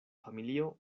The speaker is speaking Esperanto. familio